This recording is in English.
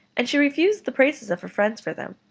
and she refused the praises of her friends for them,